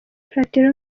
platini